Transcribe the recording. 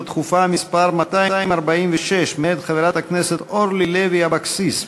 דחופה מס' 246 מאת חברת הכנסת אורלי לוי אבקסיס בנושא: